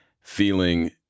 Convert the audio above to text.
feeling